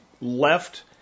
left